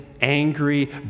angry